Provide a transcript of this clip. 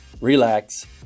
relax